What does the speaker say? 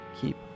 keep